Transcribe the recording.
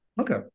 Okay